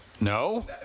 No